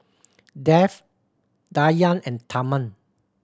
Dev Dhyan and Tharman